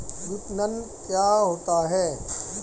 विपणन क्या होता है?